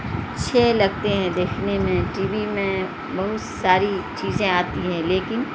اچھے لگتے ہیں دیکھنے میں ٹی وی میں بہت ساری چیزیں آتی ہیں لیکن